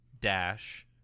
dash